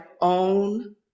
own